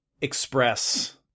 express